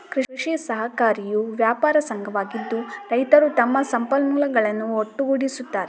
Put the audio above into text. ಕೃಷಿ ಸಹಕಾರಿಯು ವ್ಯಾಪಾರ ಸಂಘವಾಗಿದ್ದು, ರೈತರು ತಮ್ಮ ಸಂಪನ್ಮೂಲಗಳನ್ನು ಒಟ್ಟುಗೂಡಿಸುತ್ತಾರೆ